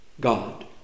God